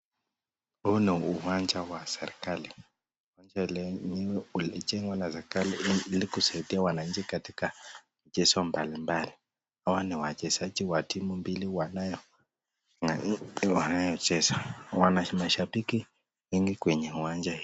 Huu ni uwanja wa serikali , ulijengwa na serikali ili kusaidia wananchi katika michezo mbalimbali. Hawa ni wachezaji wa timu mbili wa nchi wanaocheza , kuna washabiki wengi kwenye uwanja hii.